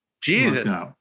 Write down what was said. Jesus